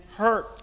hurt